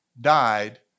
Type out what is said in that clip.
Died